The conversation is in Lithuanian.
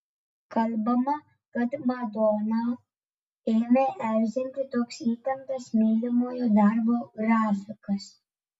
kalbama kad madoną ėmė erzinti toks įtemptas mylimojo darbo grafikas